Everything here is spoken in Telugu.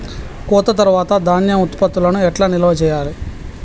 కోత తర్వాత ధాన్యం ఉత్పత్తులను ఎట్లా నిల్వ చేయాలి?